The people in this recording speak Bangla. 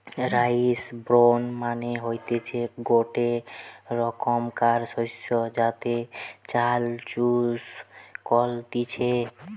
রাইস ব্রেন মানে হতিছে গটে রোকমকার শস্য যাতে চাল চুষ কলতিছে